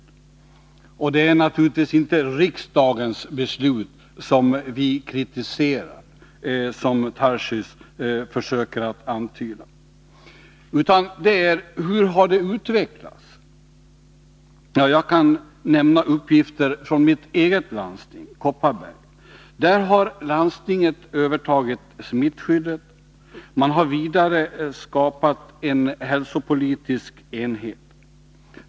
138 Det är naturligtvis inte riksdagens beslut vi kritiserar, som Daniel Tarschys försöker antyda, utan hur saken utvecklats. Jag kan ta exempel från mitt eget landsting, Kopparberg. Där har landstinget övertagit smittskyddet. Man har vidare skapat en hälsopolitisk enhet.